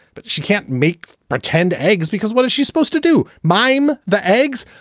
but she can't make pretend eggs because what is she supposed to do? mime the eggs?